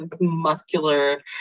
muscular